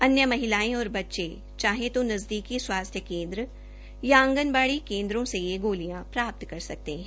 अन्य महिलायें और बच्चे चाहे तो नज़दीकी स्वास्थ्य केन्द्र या आंगनवाड़ी केन्द्रों से यह गोलियां प्राप्त कर सकते है